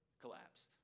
collapsed